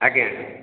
ଆଜ୍ଞା